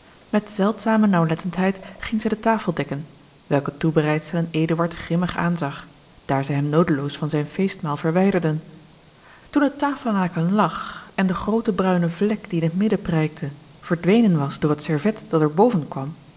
met zeldzame naauwlettendheid ging zij de tafel dekken welke toebereidselen eduard grimmig aanzag daar zij hem noodeloos van zijn feestmaal verwijderden toen het tafellaken lag en de groote bruine vlek die in het midden prijkte verdwenen was door het servet dat er boven